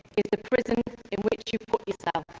is the prison in which you put yourself.